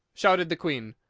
shouted the queen.